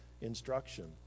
instruction